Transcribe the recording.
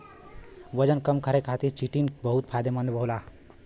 वजन कम करे खातिर चिटिन बहुत फायदेमंद होला